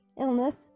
illness